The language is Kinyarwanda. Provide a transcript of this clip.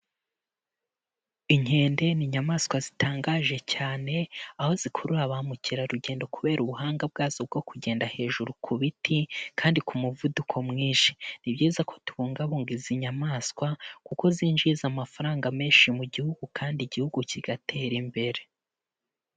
Inkende ni inyamaswa zitangaje cyane, aho zikurura ba mukerarugendo kubera ubuhanga bwazo bwo kugenda hejuru ku biti kandi ku muvuduko mwinshi, ni byiza ko tubungabunga izi nyamaswa kuko zinjiza amafaranga menshi mu gihugu kandi igihugu kigatera imbere.